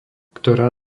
ktorá